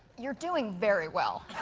you're doing very well.